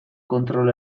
kontrol